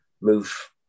move